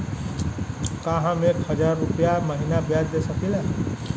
का हम एक हज़ार महीना ब्याज दे सकील?